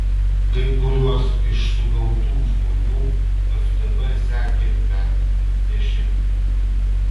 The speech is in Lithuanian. kai kuriuos iš sugautų žmonių ftb sekė bent dešimtmetį